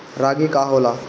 रागी का होला?